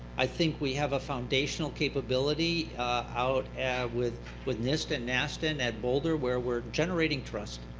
i think we have a foundational capability out with with nist and nast and at boulder, where we're generating trust